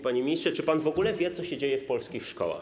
Panie ministrze, czy pan w ogóle wie, co się dzieje w polskich szkołach.